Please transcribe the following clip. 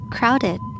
Crowded